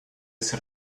ese